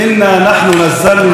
תרגומם: